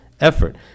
effort